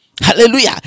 Hallelujah